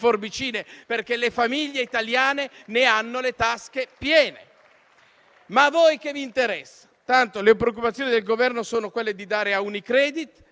perché le famiglie italiane ne hanno le tasche piene. Ma a voi che interessa? Tanto le preoccupazioni del Governo sono di dare a Unicredit